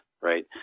right